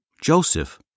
Joseph